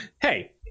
Hey